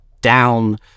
down